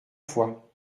fois